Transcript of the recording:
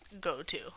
go-to